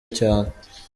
cyane